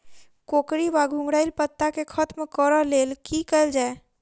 कोकरी वा घुंघरैल पत्ता केँ खत्म कऽर लेल की कैल जाय?